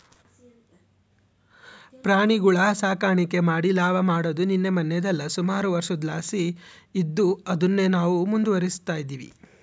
ಪ್ರಾಣಿಗುಳ ಸಾಕಾಣಿಕೆ ಮಾಡಿ ಲಾಭ ಮಾಡಾದು ನಿನ್ನೆ ಮನ್ನೆದಲ್ಲ, ಸುಮಾರು ವರ್ಷುದ್ಲಾಸಿ ಇದ್ದು ಅದುನ್ನೇ ನಾವು ಮುಂದುವರಿಸ್ತದಿವಿ